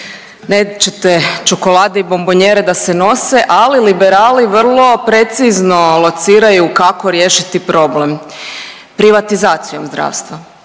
Nećete čokolade i bombonjere da se nose, ali Liberali vrlo precizno lociraju kako riješiti problem privatizacijom zdravstva.